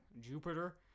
Jupiter